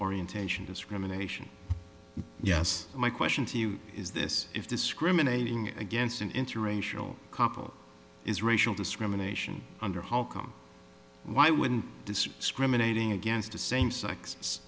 orientation discrimination yes my question to you is this if discriminating against an interracial couple is racial discrimination under holcombe why wouldn't this discriminating against a same sex